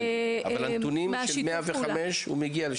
כן, אבל הנתונים של 105 מגיעים אליהם?